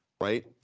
right